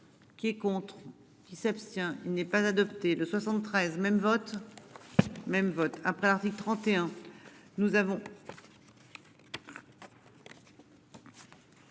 Qui est contre qui s'abstient. Il n'est pas adopté le 73 même vote. Même vote après l'article 31. Nous avons.